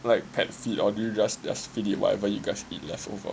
like pet feed or do you just feed it whatever you guys eat leftovers